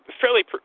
fairly